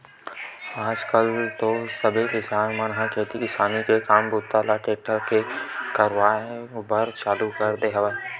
आज कल तो सबे किसान मन ह खेती किसानी के काम बूता ल टेक्टरे ले करवाए बर चालू कर दे हवय